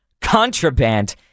contraband